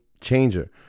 changer